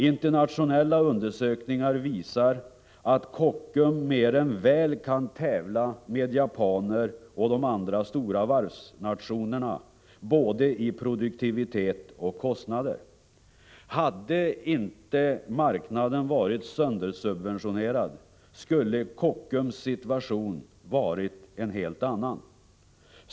Internationella undersökningar visar att Kockums mer än väl kan tävla med Japan och andra stora varvsnationer med avseende på både produktivitet och kostnader. Hade marknaden inte varit söndersubventionerad skulle Kockums situation varit en helt annan.